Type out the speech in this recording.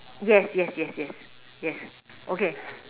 yes yes yes yes yes okay